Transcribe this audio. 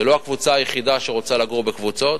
זו לא הקבוצה היחידה שרוצה לגור בקבוצות.